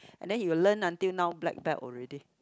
and then he will learn until now black belt already